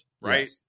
Right